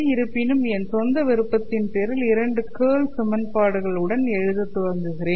இருப்பினும் என் சொந்த விருப்பத்தின் பேரில் இரண்டு கேர்ள் சமன்பாடுகள் உடன் எழுத துவங்குகிறேன்